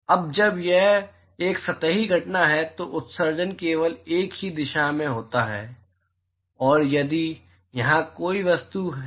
अब जब यह एक सतही घटना है तो उत्सर्जन केवल एक ही दिशा में होता है और यदि यहां कोई वस्तु है